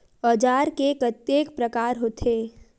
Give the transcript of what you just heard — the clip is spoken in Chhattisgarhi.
औजार के कतेक प्रकार होथे?